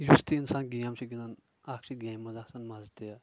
یُس تہِ انسان گیم چھُ گِنٛدان اکھ چھِ گیمہِ منٛز آسان مزٕ تہِ